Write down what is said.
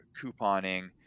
couponing